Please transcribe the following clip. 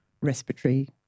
respiratory